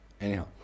Anyhow